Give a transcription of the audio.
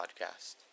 podcast